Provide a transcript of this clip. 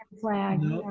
flag